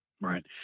Right